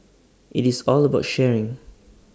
IT is all about sharing